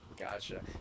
Gotcha